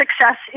success